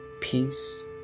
peace